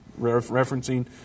referencing